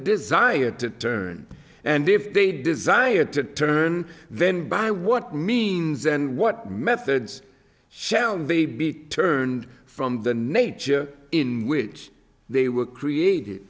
desire to turn and if they desire to turn then by what means and what methods shall may be turned from the nature in which they were created